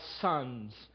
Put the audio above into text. sons